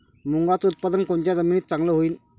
मुंगाचं उत्पादन कोनच्या जमीनीत चांगलं होईन?